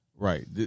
Right